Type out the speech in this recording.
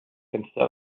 instead